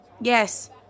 Yes